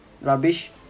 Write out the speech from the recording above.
rubbish